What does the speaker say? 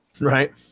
right